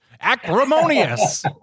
acrimonious